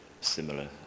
similar